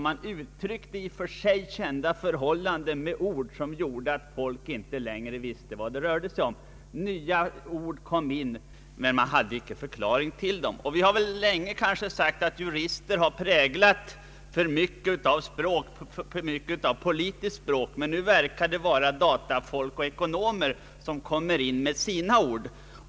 Man uttryckte i och för sig kända förhållanden med nya krångliga ord som gjorde att folk inte längre visste vad det rörde sig om, Vi har länge sagt att jurister har präglat politiskt språk i alltför hög grad, men nu verkar det vara datafolk och ekonomer som för in sina ord.